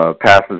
passes